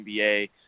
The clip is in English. NBA